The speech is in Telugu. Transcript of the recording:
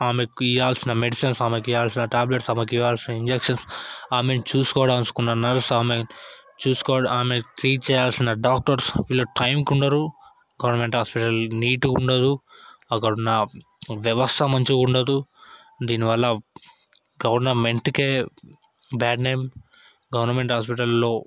ఆమెకు ఇయ్యాల్సిన మెడిసిన్స్ ఆమెకు ఇయ్యాల్సిన ట్యాబ్లెట్స్ ఆమెకు ఇయ్యాల్సిన ఇంజక్షన్స్ ఆమెను చూసుకోవాల్సిన నర్స్ ఆమె చూసుకో ఆమెకు ట్రీట్ చేయాల్సిన డాక్టర్స్ వీళ్ళు టైంకి ఉండరు గవర్నమెంట్ హాస్పిటల్ నీట్గా ఉండదు అక్కడ ఉన్న వ్యవస్థ మంచిగా ఉండదు దీని వల్ల గవర్నమెంట్కే బ్యాడ్ నేమ్ గవర్నమెంట్ హాస్పిటల్లో